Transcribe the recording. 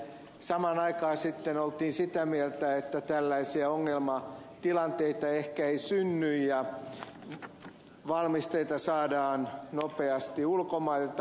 samaan aikaan sitten oltiin sitä mieltä että tällaisia ongelmatilanteita ehkä ei synny ja valmisteita saadaan nopeasti ulkomailta